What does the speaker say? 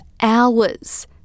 hours